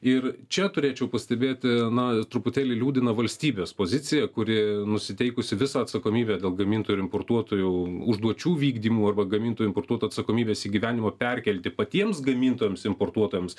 ir čia turėčiau pastebėti na truputėlį liūdina valstybės pozicija kuri nusiteikusi visą atsakomybę dėl gamintojų ir importuotojų užduočių vykdymų arba gamintojų importuoto atsakomybės įgyvendinimą perkelti patiems gamintojams importuotojams